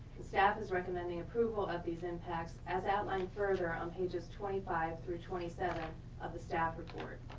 and staff is recommending approval of these impacts as outlined further on pages twenty five through twenty seven of the staff report.